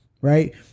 right